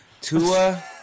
Tua